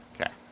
Okay